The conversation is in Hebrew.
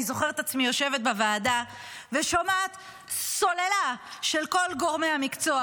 אני זוכרת את עצמי יושבת בוועדה ושומעת סוללה של כל גורמי המקצוע,